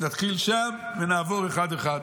נתחיל שם ונעבור אחד-אחד.